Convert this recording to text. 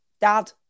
dad